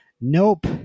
Nope